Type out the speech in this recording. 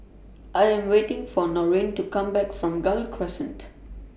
I Am waiting For Norine to Come Back from Gul Crescent